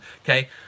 okay